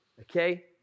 okay